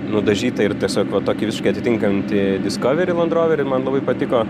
nudažyta ir tiesiog va tokia visiškai atitinkanti diskoveri land roverį man labai patiko